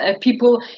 people